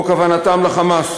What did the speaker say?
או כוונתם ל"חמאס",